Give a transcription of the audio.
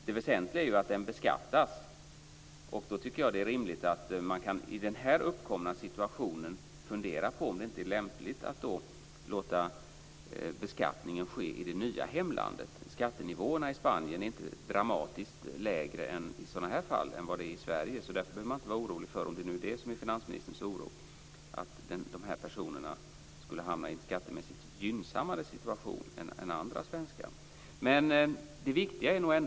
Det väsentliga är att den beskattas, och då tycker jag att det är rimligt att man i den uppkomna situationen kan fundera över om det inte är lämpligt att låta beskattningen ske i det nya hemlandet. Skattenivåerna i Spanien är inte dramatiskt lägre än vad de är i Sverige. Därför behöver man inte vara orolig för att dessa personer skulle hamna i en skattemässigt gynnsammare situation än andra svenskar, om det nu är det som finansministern är orolig för.